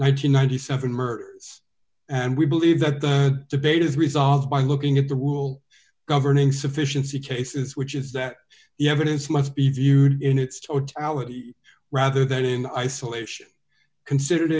and seven murder and we believe that the debate is resolved by looking at the rule governing sufficiency cases which is that the evidence must be viewed in its totality rather than in isolation considered